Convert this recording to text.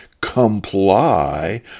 comply